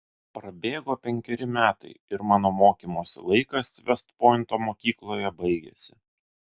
prabėgo penkeri metai ir mano mokymosi laikas vest pointo mokykloje baigėsi